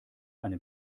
einem